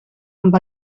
amb